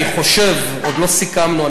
עוד לא סיכמנו,